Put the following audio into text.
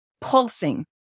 pulsing